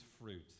fruit